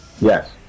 Yes